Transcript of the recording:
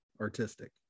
artistic